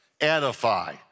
Edify